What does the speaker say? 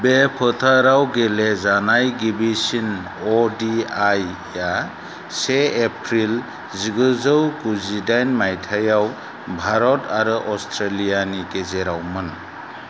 बे फोथाराव गेलेजानाय गिबिसिन अ डि आइ आ से एप्रिल जिगुजौ गुजिदाइन मायथायाव भारत आरो अस्ट्रेलियानि गेजेरावमोन